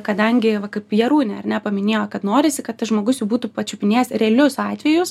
kadangi va kaip jarūnė ar ne paminėjo kad norisi kad tas žmogus jau būtų pačiupinėjęs realius atvejus